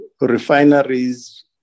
refineries